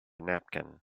napkin